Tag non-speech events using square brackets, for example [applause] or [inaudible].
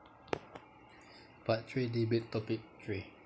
[breath] part three debate topic three